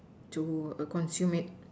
to err consume it